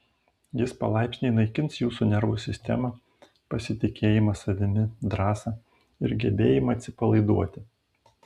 jis palaipsniui naikins jūsų nervų sistemą pasitikėjimą savimi drąsą ir gebėjimą atsipalaiduoti